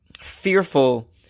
fearful